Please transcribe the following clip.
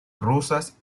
rusas